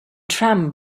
tram